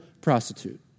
prostitute